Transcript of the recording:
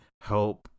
help